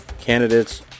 Candidates